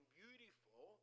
beautiful